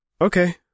Okay